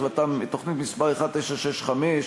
תוכנית מס' 1965,